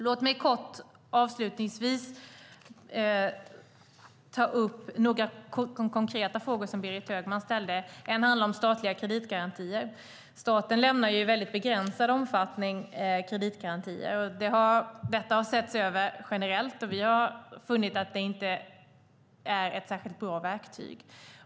Låt mig kortfattat ta upp några konkreta frågor som Berit Högman ställde. En handlade om statliga kreditgarantier. Staten lämnar i mycket begränsad omfattning kreditgarantier. Detta har setts över generellt, och vi har funnit att det inte är något särskilt bra verktyg.